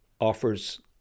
offers